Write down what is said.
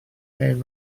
hen